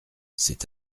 c’est